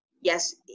yes